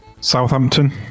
Southampton